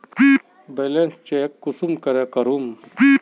Balance check कुंसम करे करूम?